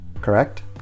correct